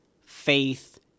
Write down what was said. faith